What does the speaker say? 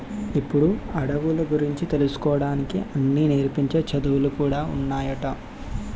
ఇప్పుడు అడవుల గురించి తెలుసుకోడానికి అన్నీ నేర్పించే చదువులు కూడా ఉన్నాయట